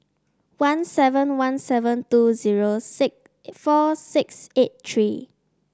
one seven one seven two zero six four six eight three